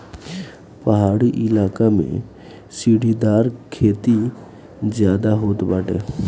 पहाड़ी इलाका में सीढ़ीदार खेती ज्यादा होत बाटे